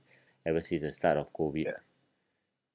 ever since the start of COVID